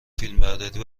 فیلمبرداری